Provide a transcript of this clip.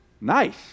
Nice